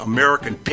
American